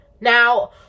Now